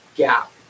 gap